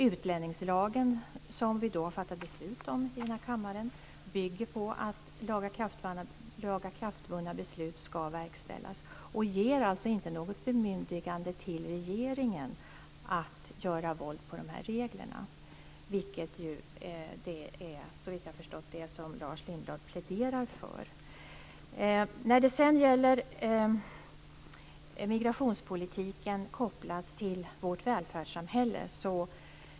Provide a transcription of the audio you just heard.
Utlänningslagen, som vi har fattat beslut om i den här kammaren, bygger på att lagakraftvunna beslut ska verkställas och ger alltså inte något bemyndigande till regeringen att göra våld på de här reglerna, vilket, såvitt jag har förstått, är det som Lars Lindblad pläderar för. Sedan gäller det migrationspolitiken kopplad till vårt välfärdssamhälle.